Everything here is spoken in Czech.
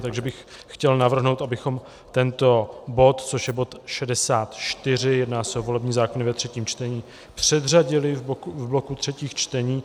Takže bych chtěl navrhnout, abychom tento bod, což je bod 64, jedná se o volební zákony ve třetím čtení, předřadili v bloku třetích čtení.